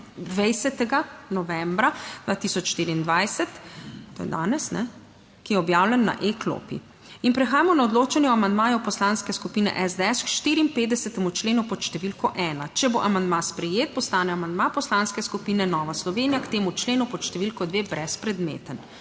20. novembra 2024, to je danes, ki je objavljen na e-klopi. Prehajamo na odločanje o amandmaju Poslanske skupine SDS k 54. členu pod številko ena. Če bo amandma sprejet, postane amandma Poslanske skupine Nova Slovenija k temu členu pod številko 2 brezpredmeten.